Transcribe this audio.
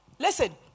Listen